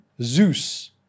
Zeus